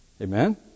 Amen